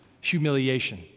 humiliation